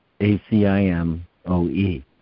ACIMOE